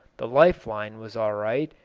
the life-line was all right,